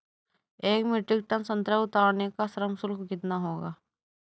एक metric tonne संतरा उतारने का श्रम शुल्क कितना होगा?